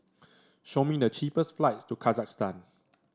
show me the cheapest flights to Kazakhstan